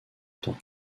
tant